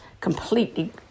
completely